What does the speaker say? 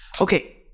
Okay